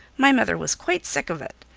my mother was quite sick of it.